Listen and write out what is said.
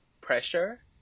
pressure